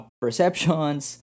perceptions